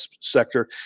sector